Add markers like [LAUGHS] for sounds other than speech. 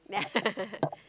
yeah [LAUGHS]